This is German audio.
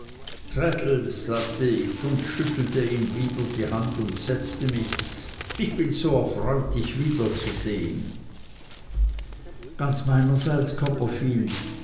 traddles sagte ich schüttelte ihm wieder die hand und setzte mich ich bin so erfreut dich wiederzusehen ganz meinerseits